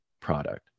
product